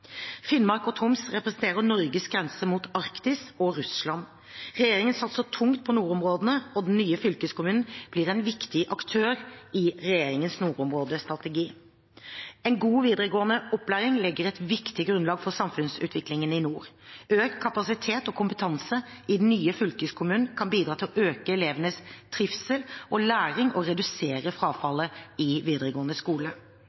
Finnmark og Troms representerer Norges grense mot Arktis og Russland. Regjeringen satser tungt på nordområdene, og den nye fylkeskommunen blir en viktig aktør i regjeringens nordområdestrategi. En god videregående opplæring legger et viktig grunnlag for samfunnsutviklingen i nord. Økt kapasitet og kompetanse i den nye fylkeskommunen kan bidra til å øke elevenes trivsel og læring og redusere frafallet i videregående skole.